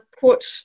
put